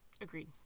agreed